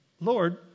Lord